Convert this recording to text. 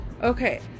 Okay